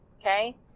Okay